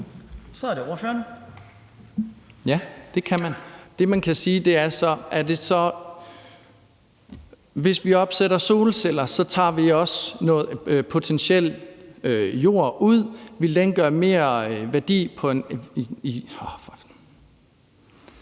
hvis vi opsætter solceller, tager vi også noget potentiel jord ud. Ville det give mere værdi ...